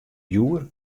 djoer